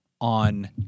on